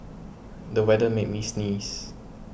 the weather made me sneeze